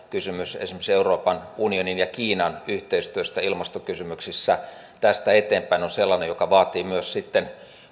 kysymys esimerkiksi euroopan unionin ja kiinan yhteistyöstä ilmastokysymyksissä tästä eteenpäin on sellainen joka vaatii myös